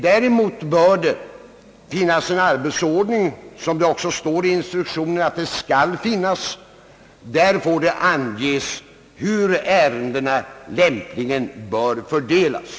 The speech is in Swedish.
Däremot bör det finnas en arbetsordning — det står också i instruktionen att en sådan skall finnas — och i arbetsordningen bör anges, hur ärendena lämpligen bör fördelas.